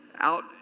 out